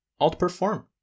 outperform